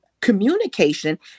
communication